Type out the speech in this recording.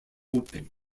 open